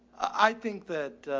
i think that,